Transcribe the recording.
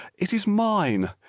it is mine!